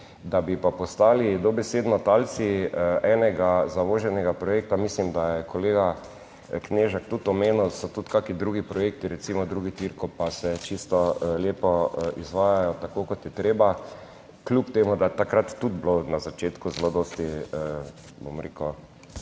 da bi pa postali dobesedno talci enega zavoženega projekta, mislim, da je kolega Knežak tudi omenil, so tudi kakšni drugi projekti, recimo drugi tir, ko pa se čisto lepo izvajajo, tako kot je treba, kljub temu, da je takrat tudi bilo na začetku zelo dosti bom rekel,